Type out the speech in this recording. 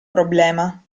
problema